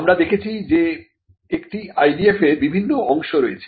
আমরা দেখেছি যে একটি IDF এর বিভিন্ন অংশ রয়েছে